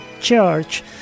church